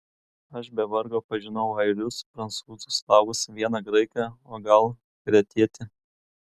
aš be vargo pažinau airius prancūzus slavus vieną graiką o gal kretietį